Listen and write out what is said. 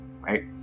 right